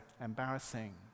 embarrassing